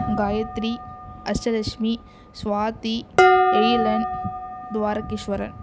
Gayathri Ashtalakshmi Swathi Ezhilan Dwarakeswaran